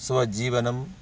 स्वजीवनं